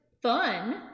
Fun